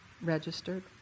registered